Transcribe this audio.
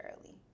early